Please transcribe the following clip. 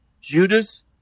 Judas